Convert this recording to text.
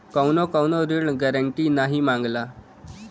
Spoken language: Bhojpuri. कउनो कउनो ऋण गारन्टी नाही मांगला